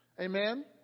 Amen